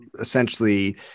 essentially